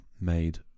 made